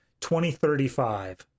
2035